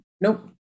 Nope